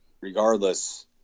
regardless